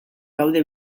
gaude